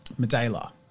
Medela